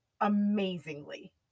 amazingly